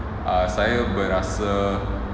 saya berasa